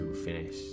Finish